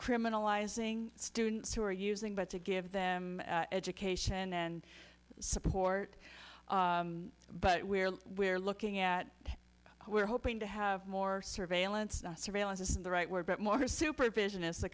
criminalizing students who are using but to give them education and support but where we're looking at we're hoping to have more surveillance surveillance isn't the right word but more supervision is th